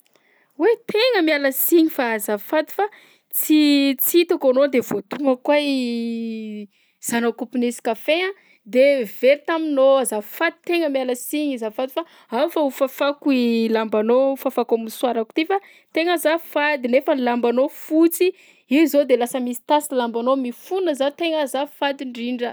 Oay! Tegna miala siny fa azafady fa tsy tsy hitako anao de voadonako koa i zana-kaopy nisy kafe a de very taminao. Azafady tegna miala siny azafady fa ao fa hofafako i lambanao, fafako a'mosoarako ty fa tegna azafady, nefa ny lambanao fotsy, io zao de lasa misy tasy lambanao. Mifona zaho tegna azafady indrindra.